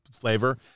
flavor